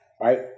right